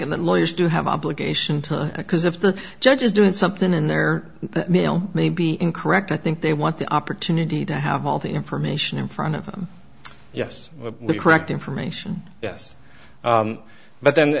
in the lawyers do have an obligation to it because if the judge is doing something in their mail may be incorrect i think they want the opportunity to have all the information in front of them yes correct information yes but then